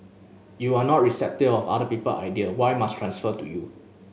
you are not receptive of other people idea y must transfer to you